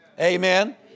Amen